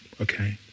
Okay